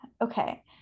Okay